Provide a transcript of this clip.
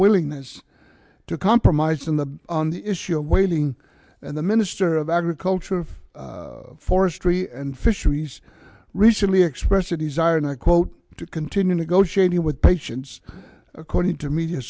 willingness to compromise than the on the issue of whaling and the minister of agriculture of forestry and fisheries recently expressed a desire and i quote to continue negotiating with patients according to media